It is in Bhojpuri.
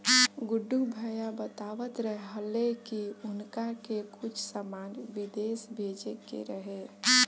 गुड्डू भैया बतलावत रहले की उनका के कुछ सामान बिदेश भेजे के रहे